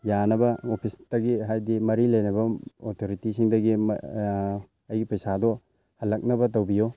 ꯌꯥꯅꯕ ꯑꯣꯐꯤꯁꯇꯒꯤ ꯍꯥꯏꯗꯤ ꯃꯔꯤ ꯂꯩꯅꯕ ꯑꯣꯊꯣꯔꯤꯇꯤꯁꯤꯡꯗꯒꯤ ꯑꯩꯒꯤ ꯄꯩꯁꯥꯗꯣ ꯍꯜꯂꯛꯅꯕ ꯇꯧꯕꯤꯌꯣ